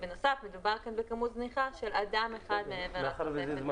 בנוסף, מדובר בכמות של אדם אחד מעבר למכסה.